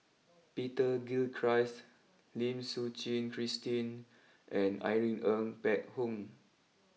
Peter Gilchrist Lim Suchen Christine and Irene Ng Phek Hoong